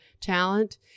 talent